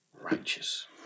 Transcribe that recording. righteous